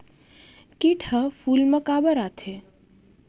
किट ह फूल मा काबर आथे?